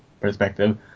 perspective